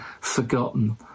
forgotten